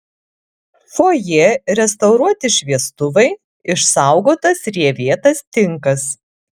fojė restauruoti šviestuvai išsaugotas rievėtas tinkas